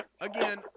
Again